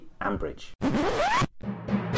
Ambridge